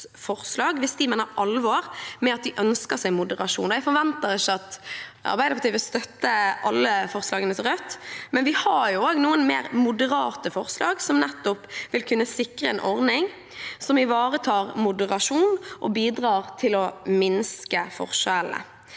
hvis de mener alvor med at de ønsker seg moderasjon. Jeg forventer ikke at Arbeiderpartiet vil støtte alle forslagene til Rødt, men vi har også noen mer moderate forslag som vil kunne sikre en ordning som ivaretar moderasjon og bidrar til å minske forskjellene.